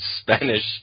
Spanish